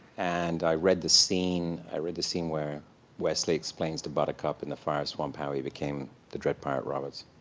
and i read the scene. i read the scene where westley explains to buttercup in the fire swamp how he became the dread pirate roberts.